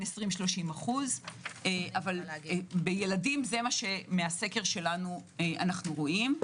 20% או 30%. בילדים מהסקר שלנו זה מה שאנו רואים.